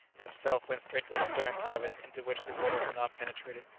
and himself went straight to the stern cabin, into which the water had not penetrated.